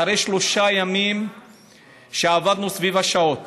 אחרי שלושה ימים שעבדנו סביב השעון.